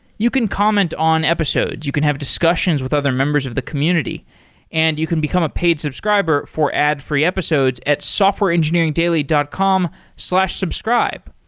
you can comment on episodes. you can have discussions with other members of the community and you can become a paid subscriber for ad-free episodes at softwareengineeringdaily dot com slash subscribe.